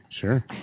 Sure